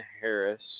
Harris